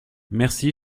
merci